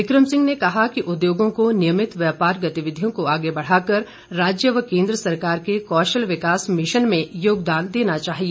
विक्रम सिंह ने कहा कि उद्योगों को नियमित व्यापार गतिविधियों को आगे बढ़ाकर राज्य व केंद्र सरकार के कौशल विकास मिशन में योगदान देना चाहिए